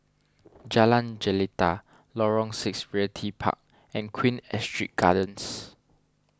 Jalan Jelita Lorong six Realty Park and Queen Astrid Gardens